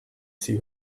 see